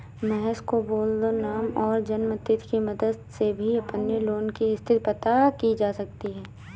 महेश को बोल दो नाम और जन्म तिथि की मदद से भी अपने लोन की स्थति पता की जा सकती है